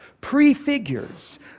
prefigures